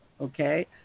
Okay